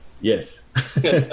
yes